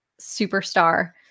superstar